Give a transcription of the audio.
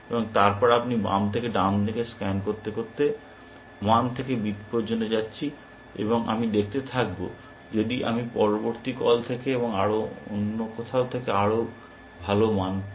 এবং তারপরে আমি বাম থেকে ডানে স্ক্যান করতে করতে 1 থেকে b পর্যন্ত যাচ্ছি আমি দেখতে থাকব যদি আমি পরবর্তী কল থেকে এবং আরও অন্য কোথাও থেকে আরও ভাল মান পাই